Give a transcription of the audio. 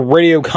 Radio